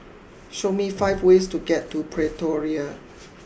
show me five ways to get to Pretoria